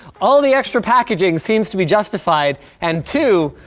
all the extra packaging seems to be justified. and, two,